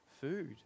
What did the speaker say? food